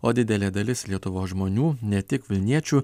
o didelė dalis lietuvos žmonių ne tik vilniečių